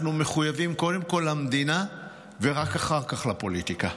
אנחנו מחויבים קודם כול למדינה ורק אחר כך לפוליטיקה,